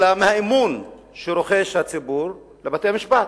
אלא מהאמון שהציבור רוחש לבתי-המשפט.